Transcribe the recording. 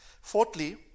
Fourthly